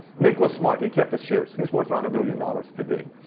nick was smart. he kept his shares. he's worth around a billion dollars today.